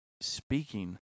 speaking